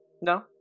No